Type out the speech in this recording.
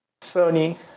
Sony